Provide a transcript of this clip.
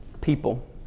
people